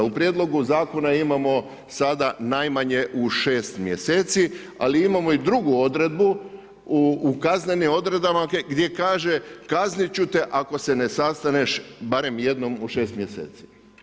U prijedlogu Zakona imamo sada najmanje u 6 mjeseci, ali imamo i drugu odredbu u kaznenim odredbama gdje kaže, kaznit ću te ako se ne sastaneš barem jednom u 6 mjeseci.